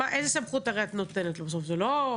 איזה סמכות הרי את נותנת לו בסופו של דבר?